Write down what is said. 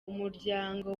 umuryango